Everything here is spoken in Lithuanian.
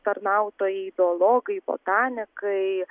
tarnautojai biologai botanikai